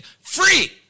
free